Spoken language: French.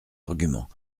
argument